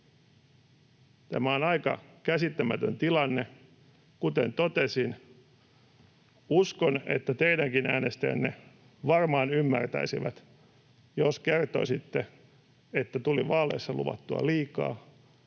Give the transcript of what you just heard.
Tämä on aika käsittämätön tilanne. Kuten totesin, uskon, että teidänkin äänestäjänne varmaan ymmärtäisivät, jos kertoisitte, että tuli vaaleissa luvattua liikaa.